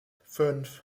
fünf